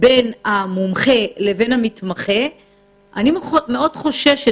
בין המומחה למתמחה אז אני חוששת